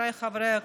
חבריי חברי הכנסת,